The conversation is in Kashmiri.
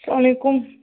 سلامُ علیکُم